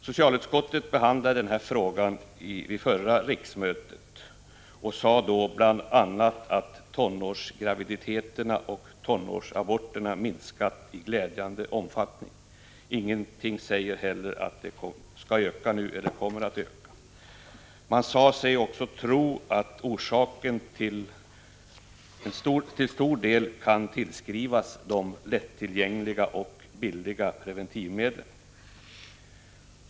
Socialutskottet behandlade den här frågan vid förra riksmötet och sade då bl.a. att tonårsgraviditeterna och tonårsaborterna minskat i glädjande omfattning. Ingenting säger heller att de kommer att öka nu. Man sade sig också tro att orsaken till stor del är de lätt tillgängliga och billiga preventivmedlen.